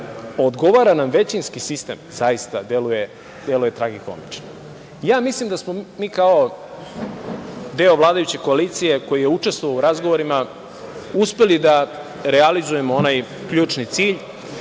odgovara nam većinski sistem, zaista deluje tragikomično. Ja mislim da smo mi kao deo vladajuće koalicije koji je učestvovao u razgovorima uspeli da realizujemo onaj ključni cilj,